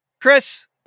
Chris